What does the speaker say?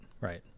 right